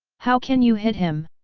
how can you hit him?